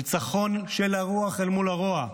ניצחון של הרוח מול הרוע.